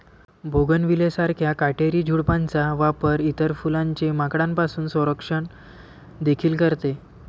bougainvillea सारख्या काटेरी झुडपांचा वापर इतर फुलांचे माकडांपासून संरक्षण देखील करते